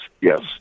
yes